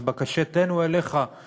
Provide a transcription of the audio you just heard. אז בקשתנו אליך היא